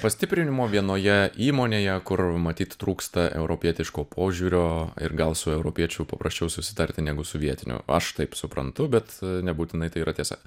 pastiprinimo vienoje įmonėje kur matyt trūksta europietiško požiūrio ir gal su europiečiu paprasčiau susitarti negu su vietiniu aš taip suprantu bet nebūtinai tai yra tiesa